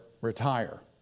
retire